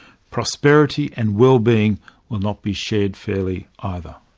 prosperity and well-being will not be shared fairly either.